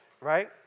right